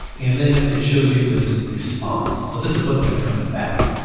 and then it shows you this response. so this is what's gonna come back.